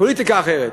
פוליטיקה אחרת.